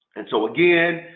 and so again,